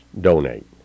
donate